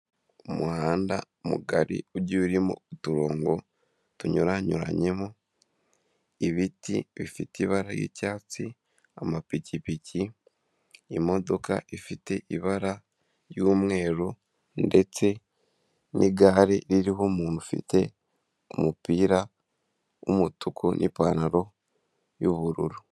Umuhanda mugari ugiye uririmo uturongo tunyuranyuranyemo, ibiti bifite ibara ry'icyatsi, amapikipiki, imodoka ifite ibara ry'umweru ndetse n'igare ririho umuntu ufite umupira w'umutuku n'ipantaro y'ubururu.